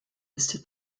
ist